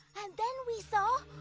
and then we saw